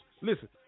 Listen